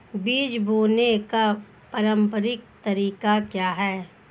बीज बोने का पारंपरिक तरीका क्या है?